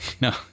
no